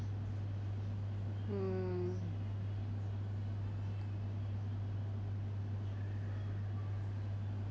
mm